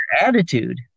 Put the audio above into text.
attitude